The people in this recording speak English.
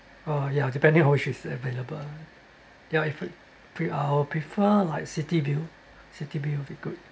uh yeah depending on which is available ya if with pre~ I'll prefer like city view city view will be good